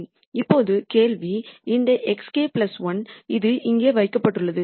இப்போது கேள்வி இந்த xk 1 அது எங்கே வைக்கப்பட்டுள்ளது